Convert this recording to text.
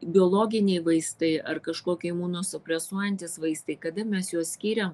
biologiniai vaistai ar kažkokie imuno supresuojantys vaistai kada mes juos skiriam